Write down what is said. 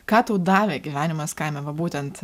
ką tau davė gyvenimas kaime va būtent